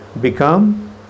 become